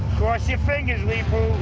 cross your fingers, leepu.